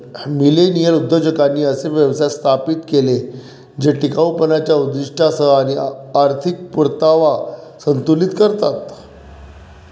millennial उद्योजकांनी असे व्यवसाय स्थापित केले जे टिकाऊपणाच्या उद्दीष्टांसह आर्थिक परतावा संतुलित करतात